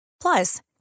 Plus